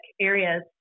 areas